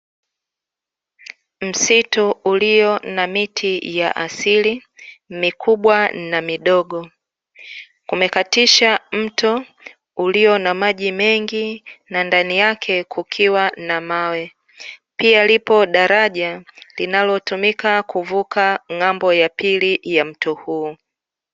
Msitu ulio na miti ya asili mikubwa na midogo, kumekatisha mto ulio na maji mengi na ndani yake kukiwa na mawe. Pia lipo daraja linalotumika kuvuka ng’ambo ya pili ya mto huu.